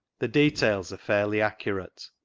the details are fairly accurate.